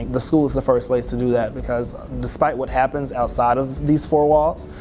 the school is the first place to do that because despite what happens outside of these four walls,